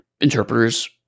Interpreters